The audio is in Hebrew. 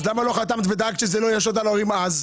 אז למה לא חתמת ודאגת שזה לא יושת על ההורים אז?